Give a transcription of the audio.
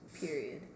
Period